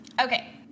Okay